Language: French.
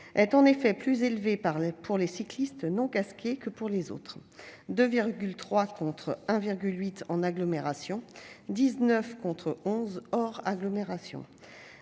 est en effet plus élevée pour les cyclistes ne portant pas de casque que pour les autres : 2,3, contre 1,8 en agglomération ; 19, contre 11 hors agglomération.